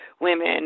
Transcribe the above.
women